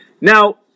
Now